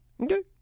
Okay